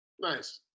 Nice